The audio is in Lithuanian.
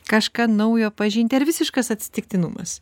kažką naujo pažinti ar visiškas atsitiktinumas